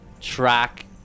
track